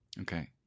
Okay